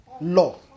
law